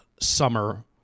summer